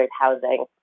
housing